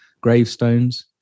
gravestones